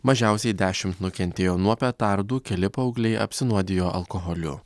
mažiausiai dešimt nukentėjo nuo petardų keli paaugliai apsinuodijo alkoholiu